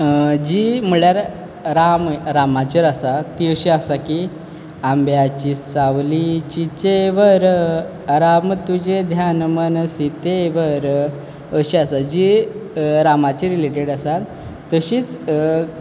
जीं म्हणल्यार राम रामाचेर आसा तीं अशीं आसा की आंब्याची सावली चिंचेवर राम तुजे ध्यान मन सितेवर अशी आसा जी रामाची रिलेटेड आसा तशीच